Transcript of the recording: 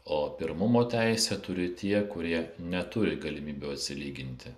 o pirmumo teisę turi tie kurie neturi galimybių atsilyginti